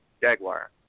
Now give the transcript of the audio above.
Jaguar